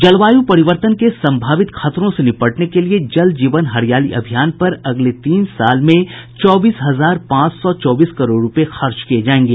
जलवायु परिवर्तन के संभावित खतरों से निपटने के लिये जल जीवन हरियाली अभियान पर अगले तीन साल में चौबीस हजार पांच सौ चौबीस करोड़ रुपये खर्च किए जाएंगे